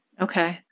Okay